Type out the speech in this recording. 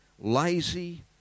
lazy